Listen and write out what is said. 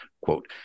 Quote